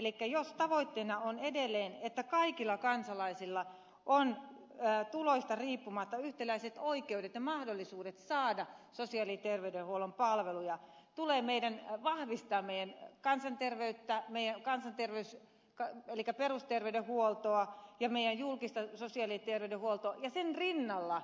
elikkä jos tavoitteena on edelleen että kaikilla kansalaisilla on tuloista riippumatta yhtäläiset oikeudet ja mahdollisuudet saada sosiaali ja terveydenhuollon palveluja tulee meidän vahvistaa meidän kansanterveyttä elikkä perusterveydenhuoltoa ja meidän julkista sosiaali ja terveydenhuoltoa ja sen rinnalla